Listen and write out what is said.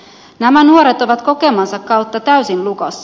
nämä nuoret ovat kokemansa kautta täysin lukossa